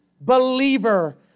believer